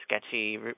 sketchy